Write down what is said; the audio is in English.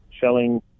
shelling